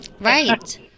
right